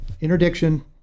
interdiction